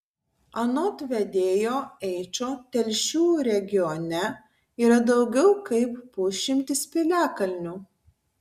anot vedėjo eičo telšių regione yra daugiau kaip pusšimtis piliakalnių